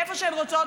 איפה שהן רוצות,